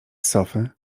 sofy